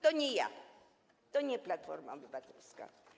To nie ja, to nie Platforma Obywatelska.